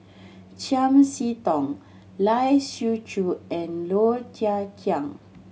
Chiam See Tong Lai Siu Chiu and Low Thia Khiang